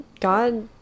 God